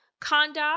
conduct